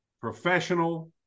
professional